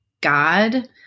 God